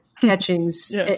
Catchings